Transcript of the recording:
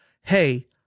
hey